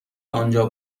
آنجا